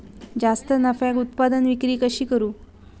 जास्त नफ्याक उत्पादन विक्री कशी करू?